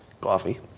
coffee